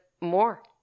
more